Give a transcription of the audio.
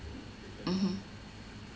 mmhmm